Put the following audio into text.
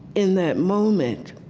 in that moment,